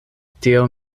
tio